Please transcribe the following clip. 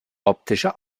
optische